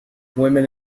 women